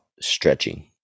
stretching